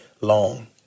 long